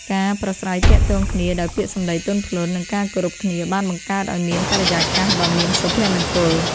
ការប្រាស្រ័យទាក់ទងគ្នាដោយពាក្យសម្ដីទន់ភ្លន់ និងការគោរពគ្នាបានបង្កើតឱ្យមានបរិយាកាសដ៏មានសុភមង្គល។